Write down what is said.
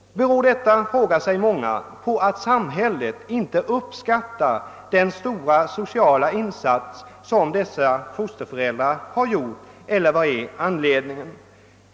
Många frågar sig om detta beror på att samhället inte uppskattar den stora sociala insats som dessa fosterföräldrar gjort — eller vad som kan vara anledningen.